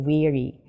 Weary